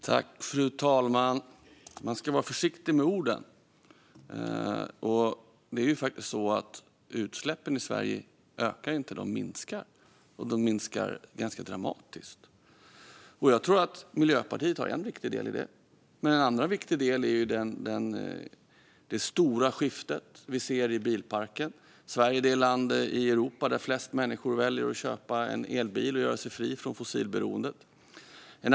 Fru talman! Man ska vara försiktig med orden. Utsläppen i Sverige ökar faktiskt inte; de minskar. De minskar ganska dramatiskt. Jag tror att Miljöpartiet har en viktig del i det. Men en annan viktig del är det stora skifte vi ser i bilparken. Sverige är det land i Europa där flest människor väljer att köpa en elbil och göra sig fria från fossilberoende.